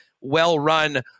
well-run